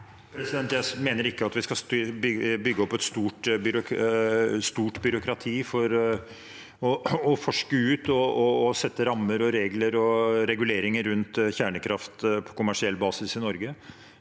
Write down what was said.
Jeg mener ikke at vi skal bygge opp et stort byråkrati for å utforske og sette rammer og reguleringer rundt kjernekraft på kommersiell basis i Norge.